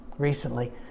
recently